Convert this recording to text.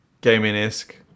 gaming-esque